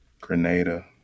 Grenada